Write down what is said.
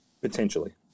potentially